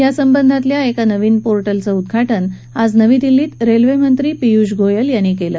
या संबंधातल्या एका नवीन पोर्टलचं उद्घाटन आज नवी दिल्लीत रेल्वेमंत्री पियूष गोयल यांनी केलं